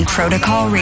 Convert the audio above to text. Protocol